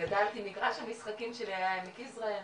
מגרש המשחקים שלי היה עמק יזרעאל.